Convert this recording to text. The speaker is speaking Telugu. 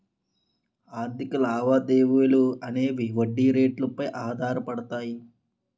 ఆర్థిక లావాదేవీలు అనేవి వడ్డీ రేట్లు పై ఆధారపడతాయి